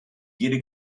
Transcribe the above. jede